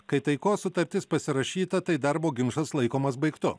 kai taikos sutartis pasirašyta tai darbo ginčas laikomas baigtu